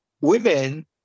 women